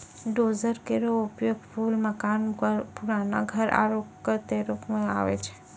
dozer केरो उपयोग पुल, मकान, पुराना घर आदि क तोरै म काम आवै छै